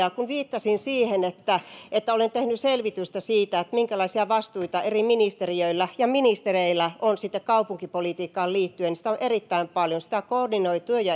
kun viittasin siihen että että olen tehnyt selvitystä siitä minkälaisia vastuita eri ministeriöillä ja ministereillä on kaupunkipolitiikkaan liittyen niin sitä on erittäin paljon sitä koordinoi työ ja